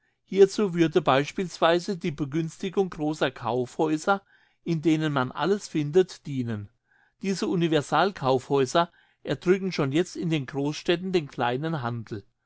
hierzu würde beispielsweise die begünstigung grosser kaufhäuser in denen man alles findet dienen diese universalkaufhäuser erdrücken schon jetzt in den grossstädten den kleinen handel